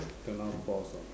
Kena pause ah